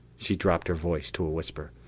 she dropped her voice to a whisper.